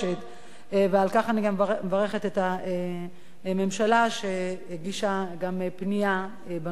ועל כך אני גם מברכת את הממשלה שהגישה גם פנייה בנושא הזה.